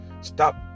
stop